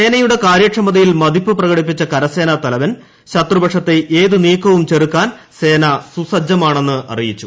സേനയുടെകാര്യക്ഷമതയിൽ മതിപ്പ് പ്രകടിപ്പിച്ച കരസേനാ തലവൻ ശത്രുപക്ഷത്തെ ഏതു നീക്കവും ചെറുക്കാൻ സേന സുസജ്ജമാണെന്ന് അറിയിച്ചു